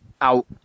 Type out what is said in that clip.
out